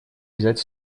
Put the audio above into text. взять